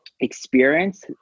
experience